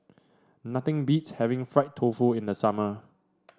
nothing beats having Fried Tofu in the summer